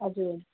हजुर